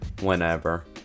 whenever